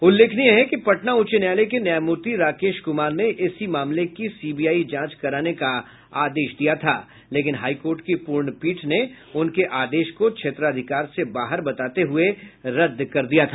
उल्लेखनीय है कि पटना उच्च न्यायालय के न्यायमूर्ति राकेश कुमार ने इसी मामले की सीबीआई जांच कराने का आदेश दिया था लेकिन हाई कोर्ट की पूर्ण पीठ ने उनके आदेश को क्षेत्राधिकार से बाहर बताते हुये रद्द कर दिया था